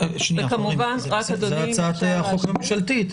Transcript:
זאת הצעת החוק הממשלתית.